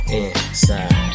inside